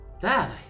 Dad